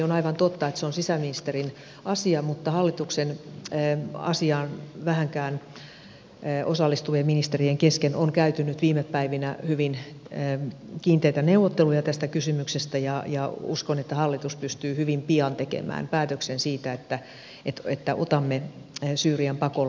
on aivan totta että se on sisäministerin asia mutta hallituksen asiaan vähänkään osallistuvien ministerien kesken on käyty nyt viime päivinä hyvin kiinteitä neuvotteluja tästä kysymyksestä ja uskon että hallitus pystyy hyvin pian tekemään päätöksen siitä että otamme syyrian pakolaisia tänne